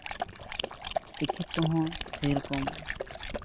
ᱥᱤᱠᱠᱷᱤᱛᱚ ᱦᱚᱸ ᱥᱮᱨᱚᱠᱚᱢ